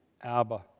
Abba